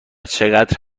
چقدر